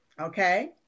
Okay